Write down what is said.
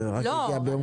זה רק הגיע ביום חמישי.